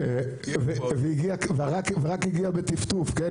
והגיע, ורק הגיע בטפטוף, כן?